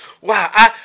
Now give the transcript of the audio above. Wow